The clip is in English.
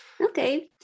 Okay